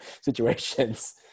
situations